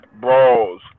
brawls